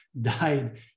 died